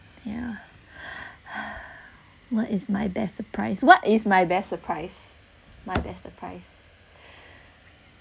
yeah what is my best surprise what is my best surprise my best surprise